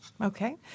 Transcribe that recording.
Okay